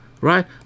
right